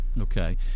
Okay